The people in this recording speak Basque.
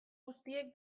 guztiek